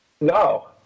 No